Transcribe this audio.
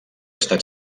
estat